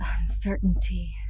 uncertainty